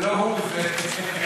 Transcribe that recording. זה לא הוא, זה,